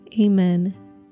Amen